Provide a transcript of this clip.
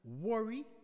worry